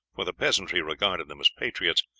for the peasantry regarded them as patriots,